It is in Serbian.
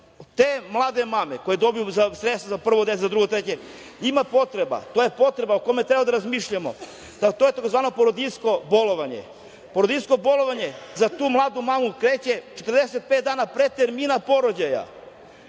te mlade mame koje dobiju sredstva za prvo dete, drugo, treće, to je potreba o kojoj treba da razmišljamo, a to je tzv. porodiljsko bolovanje. Porodiljsko bolovanje za tu mladu mamu kreće 45 dana pre termina porođaja,